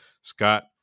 Scott